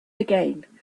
again